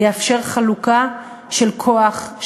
ויאפשר חלוקה של כוח,